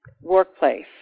workplace